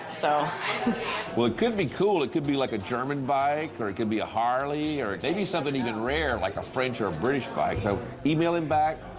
so well, it could be cool. it could be, like, a german bike, or it could be a harley, or maybe something even rare, like a french or british bike. so email him back.